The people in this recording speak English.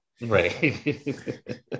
right